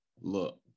Look